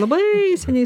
labai seniais